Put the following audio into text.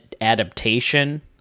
adaptation